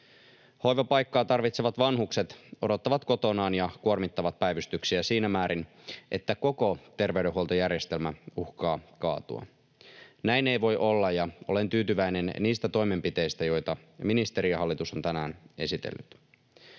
Hoivapaikkaa tarvitsevat vanhukset odottavat kotonaan ja kuormittavat päivystyksiä siinä määrin, että koko terveydenhuoltojärjestelmä uhkaa kaatua. Näin ei voi olla, ja olen tyytyväinen niistä toimenpiteistä, joita ministeri ja hallitus ovat tänään esitelleet.